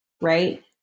right